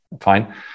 fine